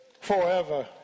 forever